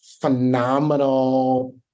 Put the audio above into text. phenomenal